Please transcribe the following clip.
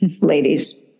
ladies